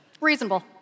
Reasonable